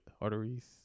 arteries